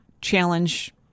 challenge